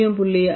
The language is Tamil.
0